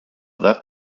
that